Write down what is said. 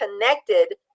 connected